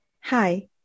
Hi